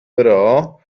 però